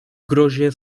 grozie